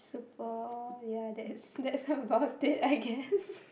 so for ya that's that's somebody I guess